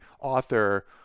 author